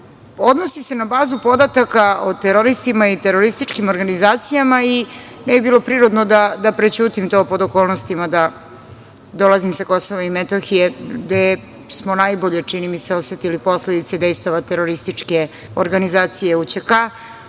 zakon. Odnosi se na bazu podataka o teroristima i terorističkim organizacijama i ne bi bilo prirodno da prećutim to pod okolnostima da dolazim sa KiM gde smo najbolje, čini mi se, osetili posledice dejstava terorističke organizacije UČK,